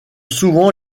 souvent